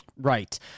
Right